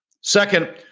Second